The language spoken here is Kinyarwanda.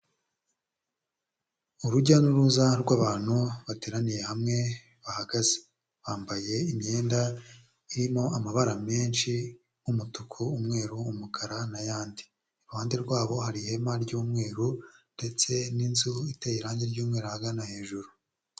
Urujya n'uruza rw'abantu bateraniye hamwe bahagaze, bambaye imyenda irimo amabara menshi nk'umutuku umweru umukara n'ayandi, iruhande rwabo hari ihema ry'umweru ndetse n'inzu iteye irangi ry'umweru ahagana hejuru.